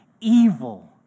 evil